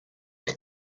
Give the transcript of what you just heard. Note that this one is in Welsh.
eich